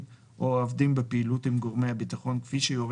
או העובדים בפעילות עם גורמי הביטחון כפי שיורה